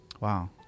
Wow